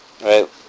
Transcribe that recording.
Right